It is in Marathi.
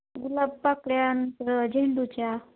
गुलाब पाकळ्यानंतर झेंडूच्या